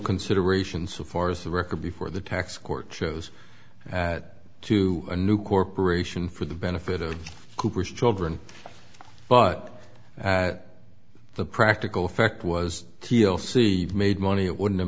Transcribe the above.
consideration so far as the record before the tax court shows at two a new corporation for the benefit of cooper's children but at the practical effect was tiel see made money it wouldn't have